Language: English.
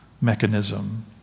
mechanism